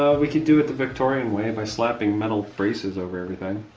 ah we could do it the victorian way, by slapping metal braces over everything.